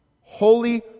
holy